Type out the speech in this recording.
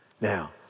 Now